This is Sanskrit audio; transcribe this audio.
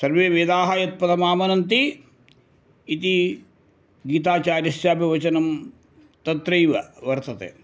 सर्वे वेदाः यत्पदमामनन्ति इति गीताचार्यस्यापि वचनं तत्रैव वर्तते